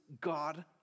God